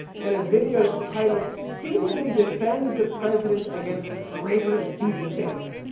and a video that's title seemingly defends the president against the traitorous deep state!